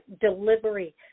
delivery